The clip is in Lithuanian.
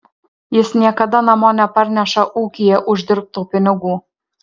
jis niekada namo neparneša ūkyje uždirbtų pinigų